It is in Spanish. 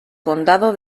condado